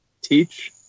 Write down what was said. teach